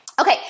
Okay